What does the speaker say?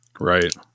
Right